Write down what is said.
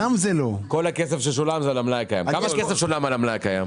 כמה כסף שולם על המלאי הקיים?